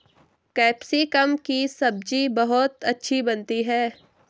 capsicum की सब्जी बहुत अच्छी बनती है